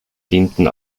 dienten